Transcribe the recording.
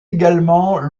également